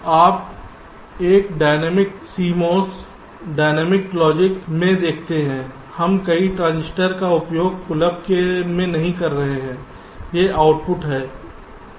तो आप एक डायनामिक्स CMOS डायनामिक्स लॉजिक में देखते हैं हम कई ट्रांजिस्टर का उपयोग पुल अप में नहीं कर रहे हैं यह आउटपुट है